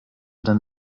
dann